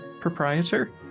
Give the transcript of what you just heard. proprietor